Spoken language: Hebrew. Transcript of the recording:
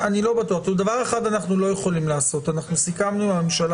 דבר אחד אנחנו לא יכולים לעשות: אנחנו סיכמנו עם הממשלה